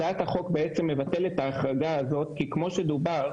הצעת החוק בעצם מבטלת את ההחרגה הזאת כי כמו שדובר,